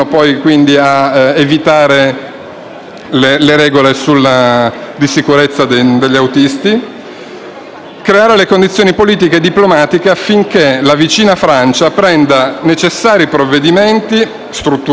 le regole di sicurezza degli autisti; creazione delle condizioni politiche e diplomatiche affinché la vicina Francia prenda i necessari provvedimenti strutturali e concluda i lavori